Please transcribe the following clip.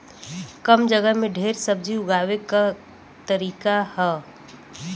कम जगह में ढेर सब्जी उगावे क का तरीका ह?